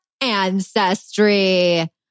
ancestry